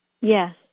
Yes